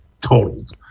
totaled